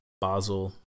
Basel